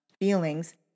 feelings